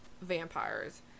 vampires